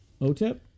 Otep